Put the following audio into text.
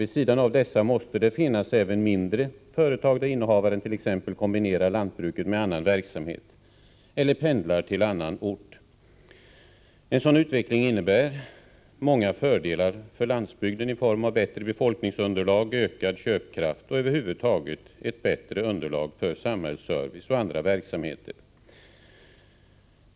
Vid sidan av dessa måste det finnas även mindre företag, där innehavaren t.ex. kombinerar lantbruket med annan verksamhet eller pendlar till annan ort. En sådan utveckling innebär många fördelar för landsbygden i form av bättre befolkningsunderlag, ökad köpkraft och över huvud taget ett bättre underlag för samhällsservice och andra verksamheter.